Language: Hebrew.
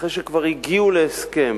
אחרי שכבר הגיעו להסכם